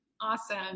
Awesome